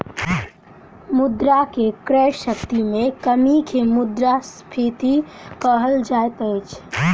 मुद्रा के क्रय शक्ति में कमी के मुद्रास्फीति कहल जाइत अछि